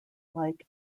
like